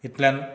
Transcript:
इतल्यान